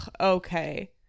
okay